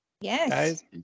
Yes